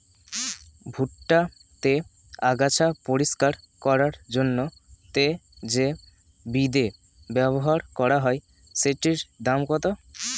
ভুট্টা তে আগাছা পরিষ্কার করার জন্য তে যে বিদে ব্যবহার করা হয় সেটির দাম কত?